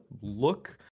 look